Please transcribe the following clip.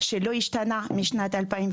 אין פה תכנית רב שנתית,